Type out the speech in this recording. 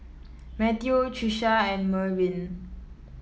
Matteo Trisha and Mervin